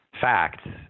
facts